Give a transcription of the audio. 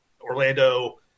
orlando